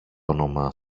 όνομα